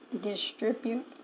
distribute